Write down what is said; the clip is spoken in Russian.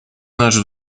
наш